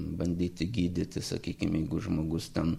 bandyti gydyti sakykim jeigu žmogus ten